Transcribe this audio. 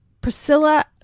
Priscilla